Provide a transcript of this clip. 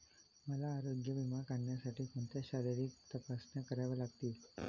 मला आरोग्य विमा काढण्यासाठी कोणत्या शारीरिक तपासण्या कराव्या लागतील?